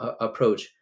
approach